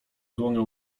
dłonią